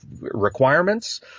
requirements